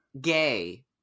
gay